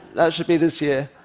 that should be this year.